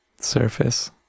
surface